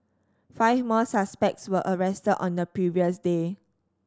five more suspects were arrested on the previous day